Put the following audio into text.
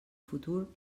futur